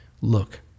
Look